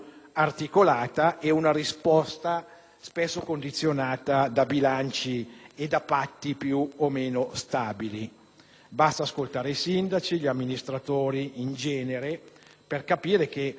articolata ed una risposta spesso condizionata da bilanci e da patti più o meno stabili. Basta ascoltare i sindaci, e gli amministratori in genere, per capire che